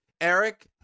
Eric